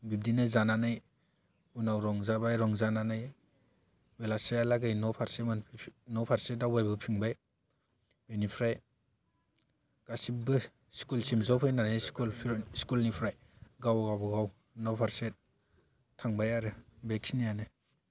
बिब्दिनो जानानै उनाव रंजाबाय रंजानानै बेलासिहालागै न'फारसे न'फारसे दावबाय बोफिनबाय बिनिफ्राय गासिबो स्कुलसिम ज' फैनानै स्कुलनिफ्राय गाव गाबागाव न'फारसे थांबाय आरो बे खिनियानो